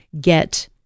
get